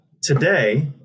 Today